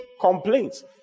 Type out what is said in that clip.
complaints